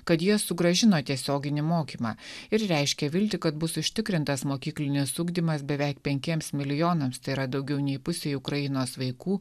kad jie sugrąžino tiesioginį mokymą ir reiškė viltį kad bus užtikrintas mokyklinis ugdymas beveik penkiems milijonams tai yra daugiau nei pusei ukrainos vaikų